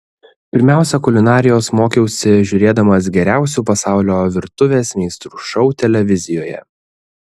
pirmiausia kulinarijos mokiausi žiūrėdamas geriausių pasaulio virtuvės meistrų šou televizijoje